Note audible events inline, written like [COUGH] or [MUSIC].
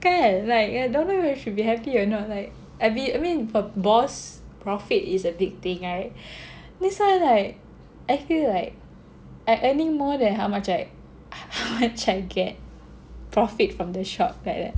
kan like err don't know you should be happy or not like I'll be I mean for boss profit is addicting right this one is like I feel like I'm earning more than how much I [LAUGHS] how much I get profit from the ShopBack leh